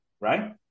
right